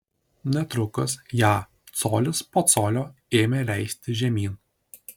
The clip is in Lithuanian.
netrukus ją colis po colio ėmė leisti žemyn